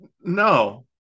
no